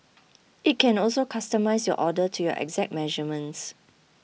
it can also customise your order to your exact measurements